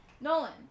Nolan